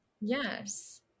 Yes